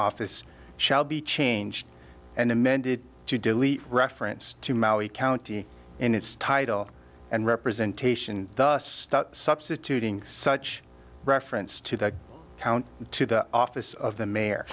office shall be changed and amended to delete reference to maui county in its title and representation thus substituting such reference to that count to the office of the mayor